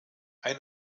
ein